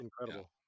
incredible